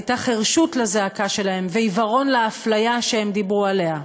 היו חירשות לזעקה שלהם ועיוורון לאפליה שהם דיברו עליה.